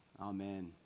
Amen